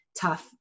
tough